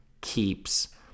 keeps